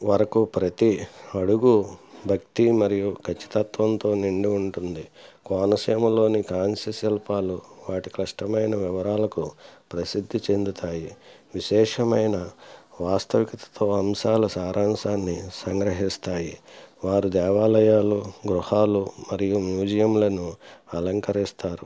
వరకు ప్రతి అడుగు భక్తి మరియు కచ్చితత్వంతో నిండి ఉంటుంది కొనసీమలోని కాంస్య శిల్పాలు వాటి కష్టమైన వివరాలకు ప్రసిద్ధి చెందుతాయి విశేషమైన వాస్తవికత అంశాల సారాంశాన్ని సంగ్రహిస్తాయి వారు దేవాలయాలు గృహాలు మరియు మ్యూజియంలను అలంకరిస్తారు